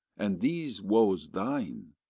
and these woes thine,